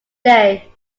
day